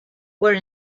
were